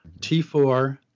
T4